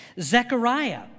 Zechariah